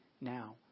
now